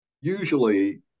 usually